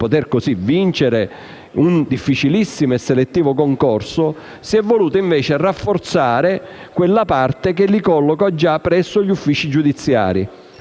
poter così vincere un difficilissimo e selettivo concorso) e si è voluta, invece, rafforzare la parte che li colloca già presso gli uffici giudiziari.